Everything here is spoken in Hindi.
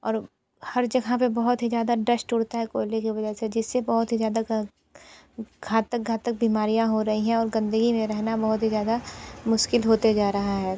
और हर जगह पे बहुत ही ज़्यादा दष्ट उड़ता है कोयले के वजह से जिससे बहुत ही ज़्यादा घातक घातक बीमारियाँ हो रहीं हैं और गंदगी में रहना बहुत ही ज़्यादा मुश्किल होते जा रहा है